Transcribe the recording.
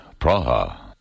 Praha